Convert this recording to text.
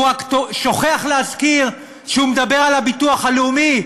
הוא רק שוכח להזכיר שהוא מדבר על הביטוח הלאומי,